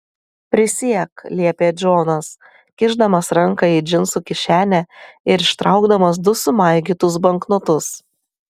prisiek liepė džonas kišdamas ranką į džinsų kišenę ir ištraukdamas du sumaigytus banknotus